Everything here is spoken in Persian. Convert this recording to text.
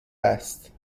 است